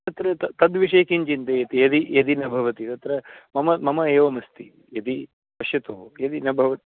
तत्र तत् तद्विषये किं चिन्तयति यदि यदि न भवति तत्र मम मम एवमस्ति यदि पश्यतु यदि न भव